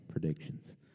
predictions